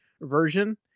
version